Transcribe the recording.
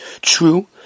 True